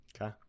Okay